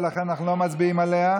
ולכן איננו מצביעים עליה.